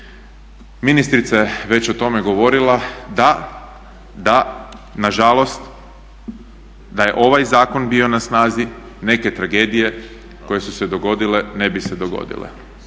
Ministrica je već o tome govorila. Da, da je ovaj zakon bio na snazi neke tragedije koje su se dogodile ne bi se dogodile.